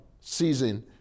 season